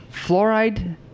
Fluoride